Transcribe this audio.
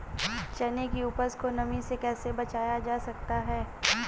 चने की उपज को नमी से कैसे बचाया जा सकता है?